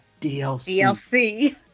DLC